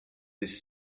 his